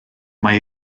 mae